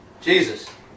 Jesus